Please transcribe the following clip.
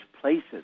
places